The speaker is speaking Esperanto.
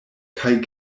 kaj